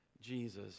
Jesus